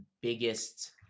biggest